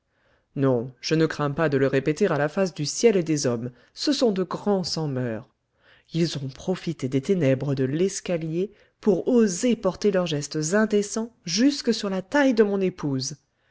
non je ne crains pas de le répéter à la face du ciel et des hommes ce sont de grands sans moeurs ils ont profité des ténèbres de l'escalier pour oser porter leurs gestes indécents jusque sur la taille de mon épouse